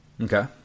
Okay